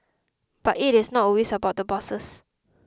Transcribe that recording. but it is not always about the bosses